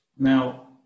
Now